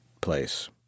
place